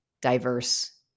diverse